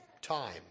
time